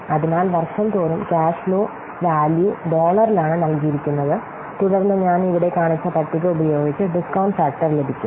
അതിനാൽ വർഷം തോറും ക്യാഷ് ഫ്ലോ വാല്യൂ ഡോളറിലാണ് നൽകിയിരിക്കുന്നത് തുടർന്ന് ഞാൻ ഇവിടെ കാണിച്ച പട്ടിക ഉപയോഗിച്ച് ഡിസ്കൌണ്ട് ഫാക്ടർ ലഭിക്കും